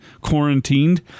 quarantined